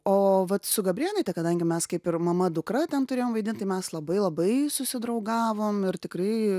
o vat su gabrėnaite kadangi mes kaip ir mama dukra ten turėjom vaidint tai mes labai labai susidraugavom ir tikrai